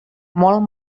molt